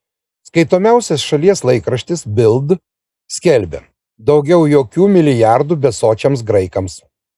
skaitomiausias šalies laikraštis bild skelbia daugiau jokių milijardų besočiams graikams